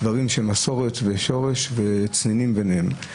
דברים של מסורת ושורשים הם לצנינים בעיניהם.